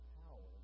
power